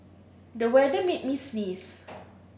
the weather made me sneeze